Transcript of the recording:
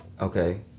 Okay